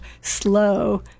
Slow